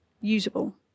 usable